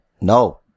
No